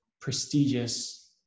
prestigious